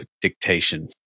dictation